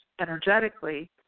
energetically